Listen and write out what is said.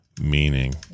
Meaning